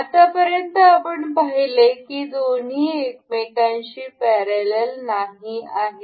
आत्तापर्यंत आपण पाहिले की हे दोन्ही एकमेकांशी पॅरलल नाही आहेत